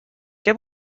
què